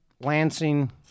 Lansing